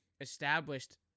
established